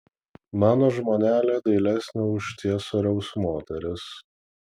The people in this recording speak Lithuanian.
mano žmonelė dailesnė už ciesoriaus moteris